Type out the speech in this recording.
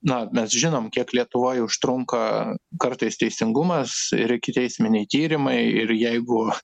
na mes žinom kiek lietuvoj užtrunka kartais teisingumas ir ikiteisminiai tyrimai ir jeigu